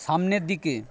সামনের দিকে